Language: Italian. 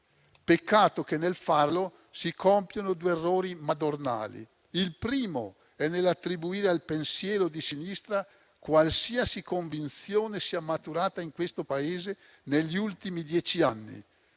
Peccato che nel farlo si compiono due errori madornali. Il primo è nell'attribuire al pensiero di sinistra qualsiasi convinzione sia maturata in questo Paese negli ultimi dieci anni,